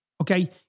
Okay